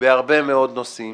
לא ספרתי את הבעד, סליחה.